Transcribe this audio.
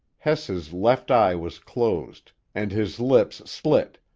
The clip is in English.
hess's left eye was closed, and his lips split,